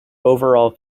overall